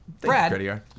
Brad